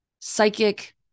psychic